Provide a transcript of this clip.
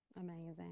Amazing